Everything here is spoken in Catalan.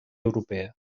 europea